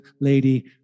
lady